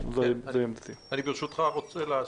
אני רוצה ברשותך לומר,